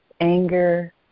anger